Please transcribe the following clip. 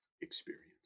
experience